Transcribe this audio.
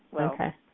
Okay